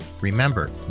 remember